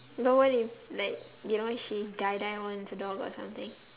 then what if like you know she die die wants a dog or something